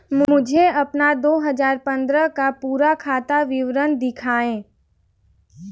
मुझे अपना दो हजार पन्द्रह का पूरा खाता विवरण दिखाएँ?